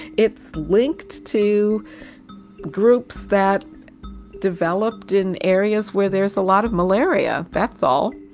it's linked to groups that developed in areas where there's a lot of malaria, that's all.